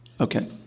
Okay